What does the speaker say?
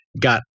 got